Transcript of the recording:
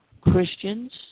Christians